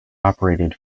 operated